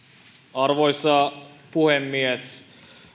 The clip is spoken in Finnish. arvoisa puhemies